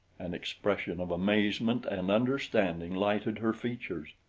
an expression of amazement and understanding lighted her features.